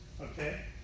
Okay